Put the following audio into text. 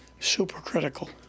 supercritical